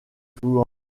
fouan